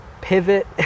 pivot